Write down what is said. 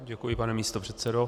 Děkuji, pane místopředsedo.